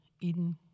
Eden